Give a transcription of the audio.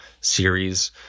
series